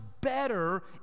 better